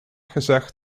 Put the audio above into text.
gezegd